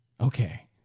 Okay